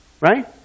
Right